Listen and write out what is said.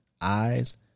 eyes